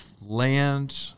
land